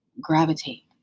gravitate